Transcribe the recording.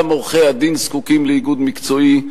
גם עורכי-הדין זקוקים לאיגוד מקצועי,